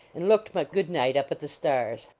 and looked my good-night up at the stars.